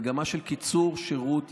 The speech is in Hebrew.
מגמה של קיצור שירות,